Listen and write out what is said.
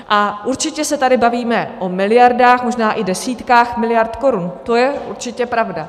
A určitě se tady bavíme o miliardách, možná i desítkách miliard korun, to je určitě pravda.